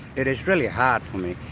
it is really hard for me.